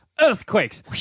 earthquakes